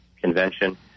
convention